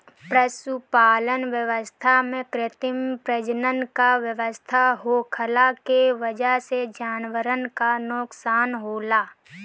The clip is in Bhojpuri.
पशुपालन व्यवस्था में कृत्रिम प्रजनन क व्यवस्था होखला के वजह से जानवरन क नोकसान होला